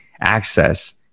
access